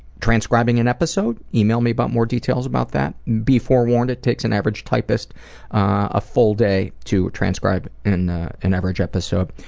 transcribing an episode, email me about more details about that. be forewarned, it takes an average typist a full day to transcribe an and average episode.